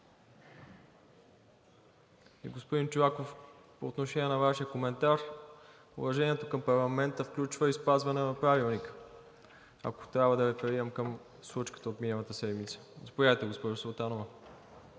Господин Чолаков, по отношение на Вашия коментар – уважението към парламента включва и спазване на Правилника, ако трябва да реферирам към случката от миналата седмица. Заповядайте, госпожо Султанова.